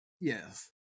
Yes